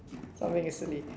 something silly